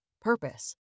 Purpose